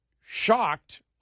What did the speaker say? shocked